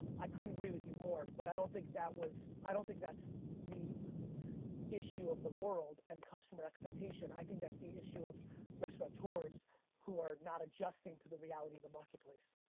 i couldn't agree with you more, but i don't think that was i don't think that's the issue of the world and customer expectation. i think that's the issue of restaurateurs, who are not adjusting to the reality of the marketplace.